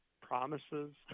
promises